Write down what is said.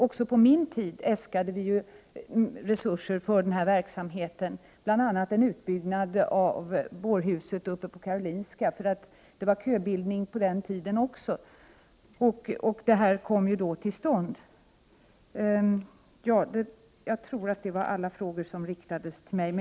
Även på min tid äskade man resurser till denna verksamhet, bl.a. för en utbyggnad av bårhuset på Karolinska sjukhuset — det var köbildning också då — och den kom till stånd. Jag tror att jag med detta har besvarat alla frågor som riktats till mig.